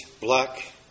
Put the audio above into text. black